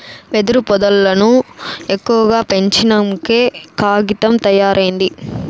వెదురు పొదల్లను ఎక్కువగా పెంచినంకే కాగితం తయారైంది